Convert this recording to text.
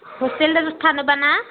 hostel थानोब्ला ना